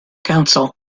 counsel